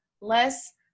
less